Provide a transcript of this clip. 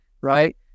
right